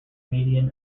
median